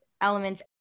elements